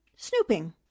snooping